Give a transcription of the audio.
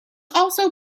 also